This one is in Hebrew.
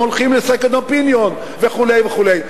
הם הולכים ל-second opinion וכו' וכו'.